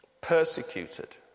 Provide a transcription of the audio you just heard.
Persecuted